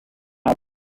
have